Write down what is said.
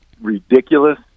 ridiculous